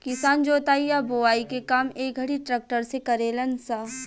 किसान जोताई आ बोआई के काम ए घड़ी ट्रक्टर से करेलन स